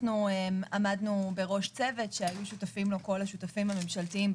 עמדנו בראש צוות שהיו שותפים לו כל השותפים הממשלתיים,